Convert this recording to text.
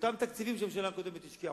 ובאותם תקציבים שהממשלה הקודמת השקיעה,